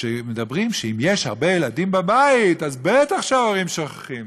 שאומרים שאם יש הרבה ילדים בבית אז בטח שההורים שוכחים.